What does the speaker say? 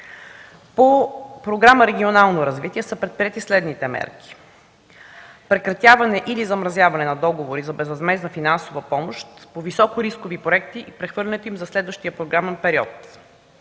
По Програма „Регионално развитие” са предприети следните мерки: прекратяване или замразяване на договори за безвъзмездна финансова помощ по високорискови проекти и прехвърлянето им за следващия програмен период,